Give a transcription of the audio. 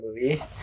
movie